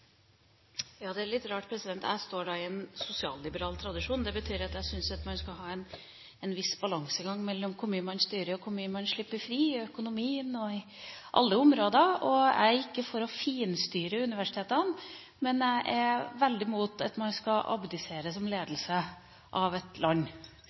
litt rart. Jeg står i en sosialliberal tradisjon. Det betyr at jeg syns at man skal ha en viss balansegang mellom hvor mye man styrer, og hvor mye man slipper fri i økonomien og på alle områder. Jeg er ikke for å finstyre universitetene, men jeg er veldig mot at man skal abdisere som ledelse av et land.